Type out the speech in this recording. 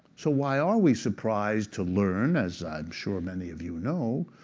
so why are we surprised to learn, as i'm sure many of you know,